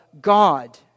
God